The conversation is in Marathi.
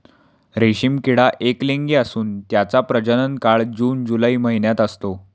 रेशीम किडा एकलिंगी असून त्याचा प्रजनन काळ जून जुलै महिन्यात असतो